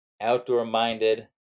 outdoor-minded